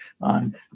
on